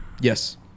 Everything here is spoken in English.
Yes